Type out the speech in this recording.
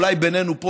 אולי בינינו פה,